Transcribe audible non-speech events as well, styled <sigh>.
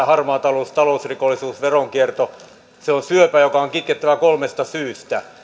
<unintelligible> harmaa talous talousrikollisuus veronkierto on syöpä joka on kitkettävä kolmesta syystä